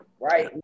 Right